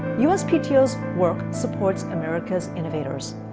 uspto's work supports america's innovators.